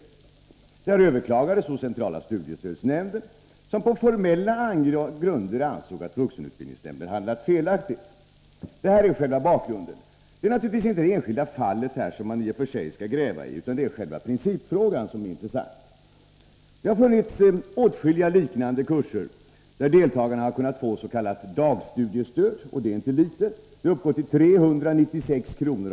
Besluten om avslag överklagades hos centrala studiestödsnämnden, som på formella grunder ansåg att vuxenutbildningsnämnden handlat felaktigt. Det är naturligtvis inte det enskilda fallet som är intressant i det här sammanhanget, utan det är själva principfrågan. Det har funnits åtskilliga liknande kurser där deltagarna har kunnat få s.k. dagstudiestöd — och det är inte litet: det uppgår till 396 kr.